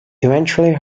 eventually